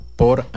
por